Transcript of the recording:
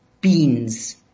beans